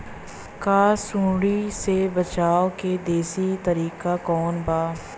का सूंडी से बचाव क देशी तरीका कवनो बा?